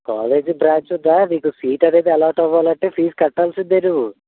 college branch ఉందా నీకు seat అనేది అలాట్ అవ్వాలంటే ఫీజు కట్టాల్సిందే నువ్వు